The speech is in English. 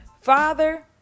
Father